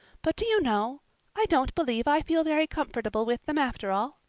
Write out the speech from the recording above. but do you know i don't believe i feel very comfortable with them after all.